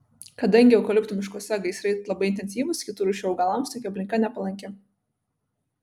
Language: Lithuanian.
kadangi eukaliptų miškuose gaisrai labai intensyvūs kitų rūšių augalams tokia aplinka nepalanki